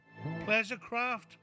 Pleasurecraft